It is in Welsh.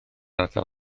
ardal